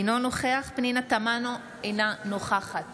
אינו נוכח פנינה תמנו, אינה נוכחת